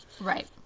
Right